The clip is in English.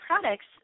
products